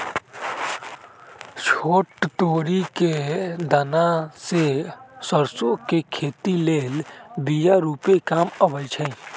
छोट तोरि कें दना से सरसो के खेती लेल बिया रूपे काम अबइ छै